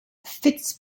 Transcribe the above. fitz